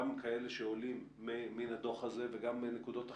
גם כאלה שעולים מן הדוח הזה וגם מנקודות אחרות,